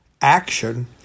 action